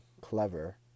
clever